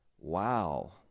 wow